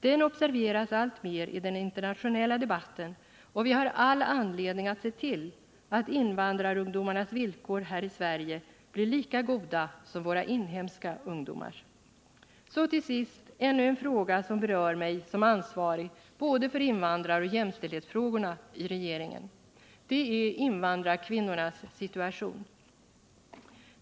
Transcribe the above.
Den observeras alltmer i den internationella debatten, och vi har all anledning att se till att invandrarungdomarnas villkor här i Sverige blir lika goda som våra inhemska ungdomars. Så till sist ännu en fråga som berör mig som ansvarig för både invandraroch jämställdhetsfrågorna i regeringen. Det är invandrarkvinnornas situation.